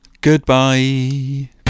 Goodbye